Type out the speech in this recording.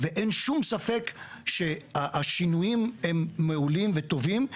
ואין שום ספק שהשינויים הם מעולים וטובים,